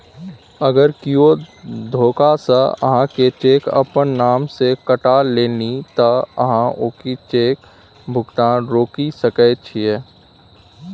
अगर कियो धोखासँ अहाँक चेक अपन नाम सँ कटा लेलनि तँ अहाँ ओहि चेकक भुगतान रोकि सकैत छी